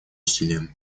усилиям